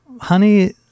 honey